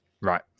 right